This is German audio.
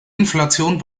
inflation